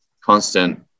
constant